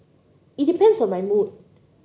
it depends on my mood